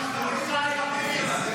חולשה יהודית.